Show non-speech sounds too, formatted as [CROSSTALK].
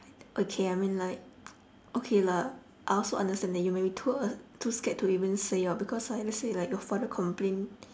[NOISE] okay I mean like [NOISE] okay lah I also understand that you maybe too a~ too scared to even say out because like let's say like your father complain